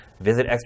Visit